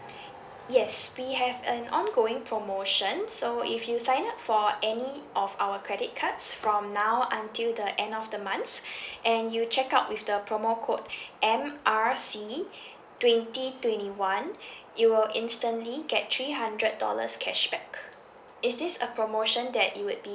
yes we have an ongoing promotion so if you sign up for any of our credit cards from now until the end of the month and you check out with the promo code M R C twenty twenty one you will instantly get three hundred dollars cashback is this a promotion that you would be